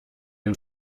den